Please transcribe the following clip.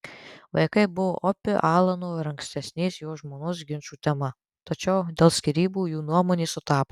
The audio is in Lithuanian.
vaikai buvo opi alano ir ankstesnės jo žmonos ginčų tema tačiau dėl skyrybų jų nuomonės sutapo